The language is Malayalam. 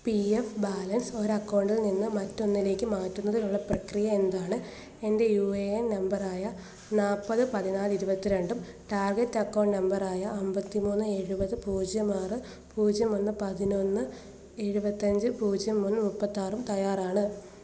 പീ എഫ് ബാലൻസ് ഒരു അക്കൗണ്ടിൽ നിന്ന് മറ്റൊന്നിലേക്ക് മാറ്റുന്നതിനുള്ള പ്രക്രിയ എന്താണ് എന്റെ യൂ ഏ എൻ നമ്പർ ആയ നാൽപ്പത് പതിനാല് ഇരുപത്തിരണ്ടും ടാർഗെറ്റ് അക്കൗണ്ട് നമ്പറ് ആയ അമ്പത്തിമൂന്ന് എഴുപത് പൂജ്യം ആറ് പൂജ്യം ഒന്ന് പതിനൊന്ന് എഴുപത്തഞ്ച് പൂജ്യം മൂന്ന് മുപ്പത്താറും തയ്യാറാണോ